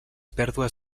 pèrdues